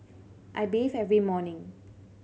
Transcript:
I bathe every morning